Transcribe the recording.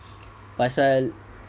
pasal